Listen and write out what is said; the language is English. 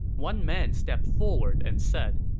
one man stepped forward and said,